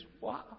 Wow